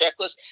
checklist